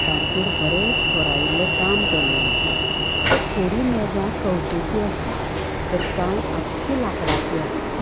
तांचेर बरेंच कोरायल्ले काम केल्लें आसलें तर थोडीं मेजां कवचेचीं आसलीं तर कांय आख्खी लाकडाचीं आसलीं